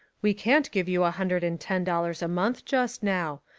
we can't give you a hundred and ten dollars a month just now.